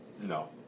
No